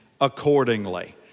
accordingly